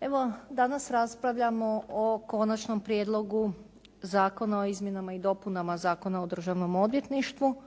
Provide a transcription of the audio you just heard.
Evo, danas raspravljamo o Konačnom prijedlogu zakona o izmjenama i dopunama Zakona o državnom odvjetništvu.